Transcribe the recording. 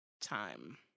time